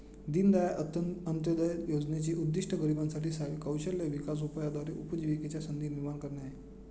दीनदयाळ अंत्योदय योजनेचे उद्दिष्ट गरिबांसाठी साठी कौशल्य विकास उपायाद्वारे उपजीविकेच्या संधी निर्माण करणे आहे